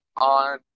on